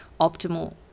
optimal